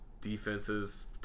defenses –